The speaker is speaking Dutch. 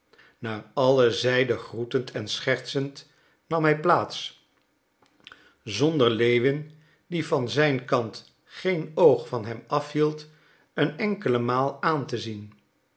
naar alle zijden groetend en schertsend nam hij plaats zonder lewin die van zijn kant geen oog van hem afhield een enkele maal aan te zien